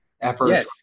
effort